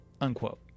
unquote